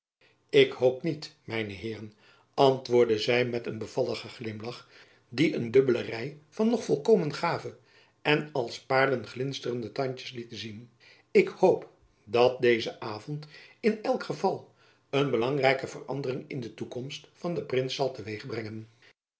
ik hoop niet mijne heeren antwoordde zy met een bevalligen glimlach die een dubbele rij van nog volkomen gave en als paerlen glinsterende jacob van lennep elizabeth musch tandtjens liet zien ik hoop dat deze avond in elk geval een belangrijke verandering in de toekomst van den prins zal